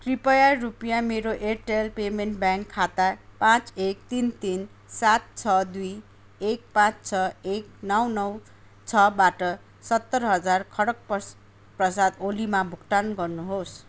कृपया रुपियाँ मेरो एयरटेल पेमेन्ट ब्याङ्क खाता पाँच एक तिन तिन सात छ दुई एक पाँच छ एक नौ नौ छबाट सत्तर हजार खढग प्रसाद ओलीमा भुक्तान गर्नुहोस्